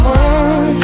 one